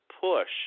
push